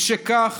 משכך,